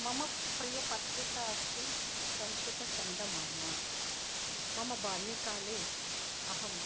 मम प्रियपत्रिका अस्ति संस्कृतचन्दमाम मम बाल्यकाले अहं